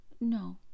No